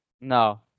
No